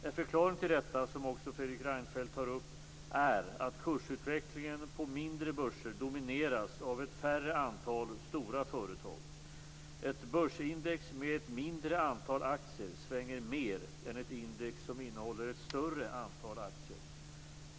En förklaring till detta, som också Fredrik Reinfeldt tar upp, är att kursutvecklingen på mindre börser domineras av ett färre antal stora företag. Ett börsindex med ett mindre antal aktier svänger mer än ett index som innehåller ett större antal aktier.